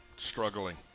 Struggling